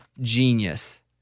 genius